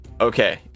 Okay